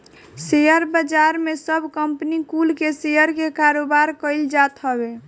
share बाजार में सब कंपनी कुल के शेयर के कारोबार कईल जात हवे